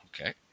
Okay